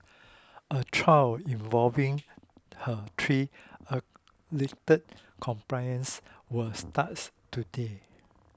a trial involving her three alleged accomplices was starts today